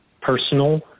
personal